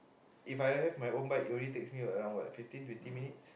If I have my own bike it only takes me around what fifteen twenty minutes